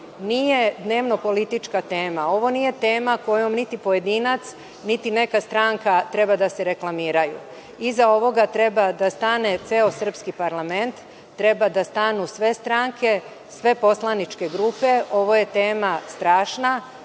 nije dnevno-politička tema, ovo nije tema kojom niti pojedinac, niti neka stranka treba da se reklamiraju. Iza ovoga treba da stane ceo srpski parlament, treba da stanu sve stranke, sve poslaničke grupe, ova tema je strašna,